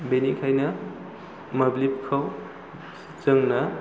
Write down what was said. बेनिखायनो मोब्लिबखौ जोंनो